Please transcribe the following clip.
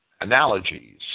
analogies